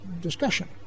discussion